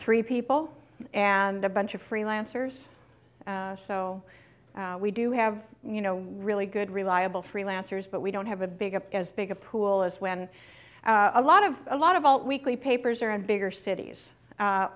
three people and a bunch of freelancers so we do have you know really good reliable freelancers but we don't have a big of as big a pool as when a lot of a lot of all weekly papers are in bigger cities